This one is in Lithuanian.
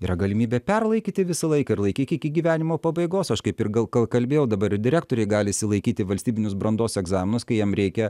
yra galimybė perlaikyti visą laiką ir laikyk iki gyvenimo pabaigos aš kaip ir gal kol kalbėjau dabar direktoriai gali išsilaikyti valstybinius brandos egzaminus kai jiem reikia